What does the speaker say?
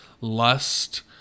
Lust